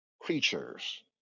creatures